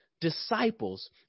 disciples